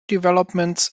developments